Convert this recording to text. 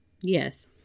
Yes